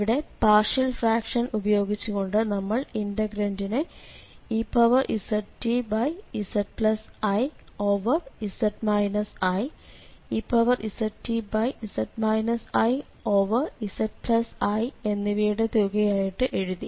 ഇവിടെ partial fraction ഉപയോഗിച്ചുകൊണ്ട് നമ്മൾ ഇന്റഗ്രന്റിനെ eztziz ieztz izi എന്നിവയുടെ തുകയായിട്ട് എഴുതി